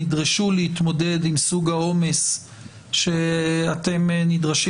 נדרשו להתמודד עם סוג העומס שאתם נדרשים